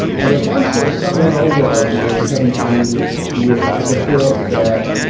and a bunch of somewhat older ideas having to do with the thought that,